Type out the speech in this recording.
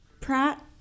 Pratt